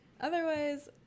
otherwise